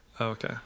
okay